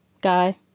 Guy